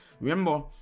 Remember